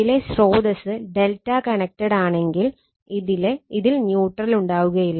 ഇതിലെ സ്രോതസ്സ് ∆ കണക്റ്റഡ് ആണെങ്കിൽ ഇതിൽ ന്യൂട്രൽ ഉണ്ടാവുകയില്ല